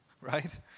right